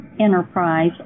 enterprise